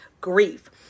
grief